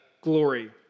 glory